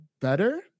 better